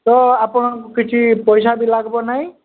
ତ ଆପଣଙ୍କୁ କିଛି ପଇସା ବି ଲାଗିବ ନାହିଁ